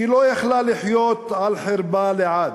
היא לא יכלה לחיות על חרבה לעד,